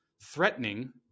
threatening